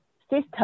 system